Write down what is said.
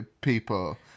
people